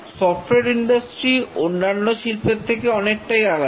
software industry অন্যান্য শিল্পের থেকে অনেকটাই আলাদা